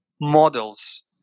models